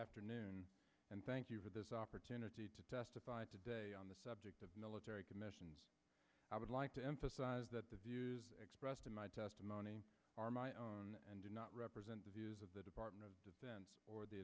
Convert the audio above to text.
afternoon and thank you for this opportunity to testify today on the subject of military commissions i would like to emphasize that the views expressed in my testimony are my own and do not represent the views of the department o